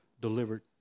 delivered